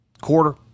quarter